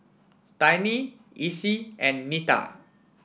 Tiny Essie and Nita